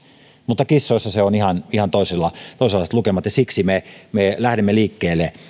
mutta kissoista on ihan ihan toisenlaiset lukemat ja siksi me me lähdemme